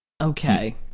Okay